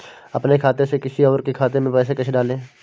अपने खाते से किसी और के खाते में पैसे कैसे डालें?